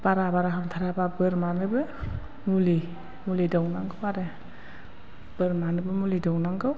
बारा बारा हामथाराबा बोरमानोबो मुलि दौनांगौ आरो बोरमानोबो मुलि दौनांगौ